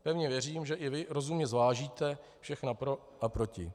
Pevně věřím, že i vy rozumně zvážíte všechna pro a proti.